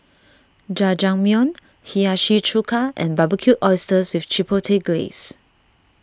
Jajangmyeon Hiyashi Chuka and Barbecued Oysters with Chipotle Glaze